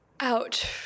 Out